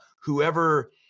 whoever